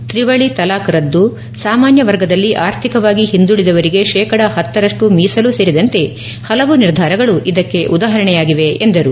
ತ್ರಿವಳಿ ತಲಾಕ್ ರದ್ದು ಸಾಮಾನ್ನ ವರ್ಗದಲ್ಲಿ ಆರ್ಥಿಕವಾಗಿ ಓಂದುಳಿದವರಿಗೆ ಶೇಕಡ ಪತ್ರರಷ್ಟು ಮೀಸಲು ಸೇರಿದಂತೆ ಹಲವು ನಿರ್ಧಾರಗಳು ಇದಕ್ಕೆ ಉದಾಹರಣೆಯಾಗಿವೆ ಎಂದರು